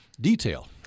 detail